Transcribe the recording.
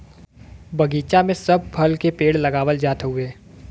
बगीचा में सब फल के पेड़ लगावल जात हउवे